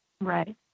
Right